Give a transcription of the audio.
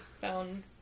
found